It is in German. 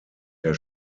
der